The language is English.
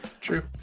True